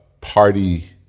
party